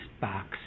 box